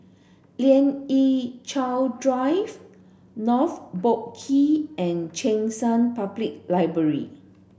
Lien Ying Chow Drive North Boat Quay and Cheng San Public Library